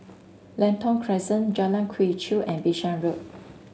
Lentor Crescent Jalan Quee Chew and Bishan Road